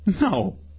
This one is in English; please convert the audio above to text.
No